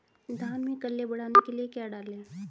धान में कल्ले बढ़ाने के लिए क्या डालें?